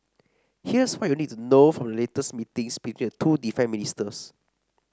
here's what you need to know from the latest meetings between the two defence ministers